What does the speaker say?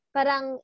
Parang